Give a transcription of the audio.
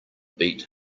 beat